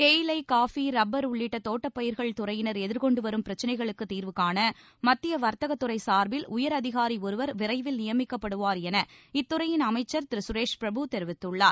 தேயிலை coffee rubber உள்ளிட்ட தோட்டப் பயிர்கள் துறையினர் எதிர்கொண்டு வரும் பிரச்னைகளுக்குத் தீர்வு காண மத்திய வர்த்தகத் துறை சார்பில் உயர் அதிகாரி ஒருவர் விரைவில் நியமிக்கப்படுவார் என இத்துறையின் அமைச்சர் திரு சுரேஷ் பிரபு தெரிவித்துள்ளார்